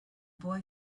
boy